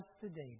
today